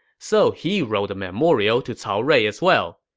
so he wrote a memorial to cao rui as well.